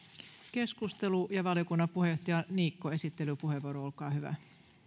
valiokunnan puheenjohtaja niikko esittelypuheenvuoro olkaa hyvä